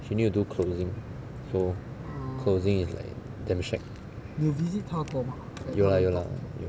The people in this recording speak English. she need to do closing so closing is like damn shag 有啦有啦